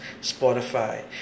Spotify